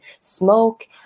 smoke